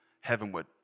heavenward